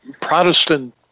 Protestant